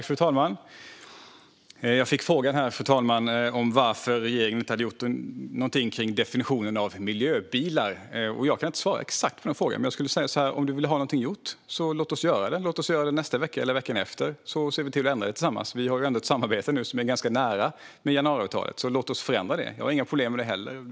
Fru talman! Jag fick frågan varför regeringen inte har gjort något åt definitionen av miljöbilar. Jag kan inte svara exakt på den frågan, men jag säger så här: Om du vill ha något gjort, Rickard Nordin, låt oss göra det! Låt oss göra det nästa vecka eller veckan därefter, så ser vi till att ändra det tillsammans. Vi har ju ett samarbete nu som är ganska nära, med januariavtalet, så låt oss förändra det. Jag har inga problem med det.